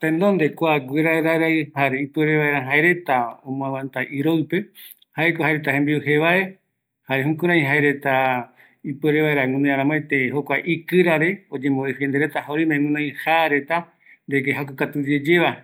Teonde kua guira raɨ raɨ, jare oiko vaera iroɨ rupi, jaereta jembiu jevae, jare jukuraï jae reta oyembo ngɨra jare oiko vaera iroɨ rupi, jare oime guinoi jaa reta jakukatu yeyeva,